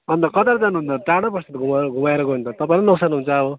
अन्त कताबाट जाने अन्त टाढा पर्छ त घुमार घुमाएर गयो भने तपाईँलाई नोकसान हुन्छ अब